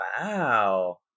Wow